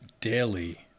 daily